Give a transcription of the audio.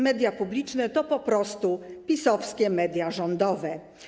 Media publiczne to po prostu PiS-owskie media rządowe.